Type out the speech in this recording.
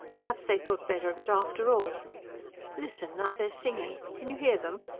perhaps they thought better of it after all listen! now they're singing can you hear them?